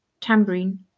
tambourine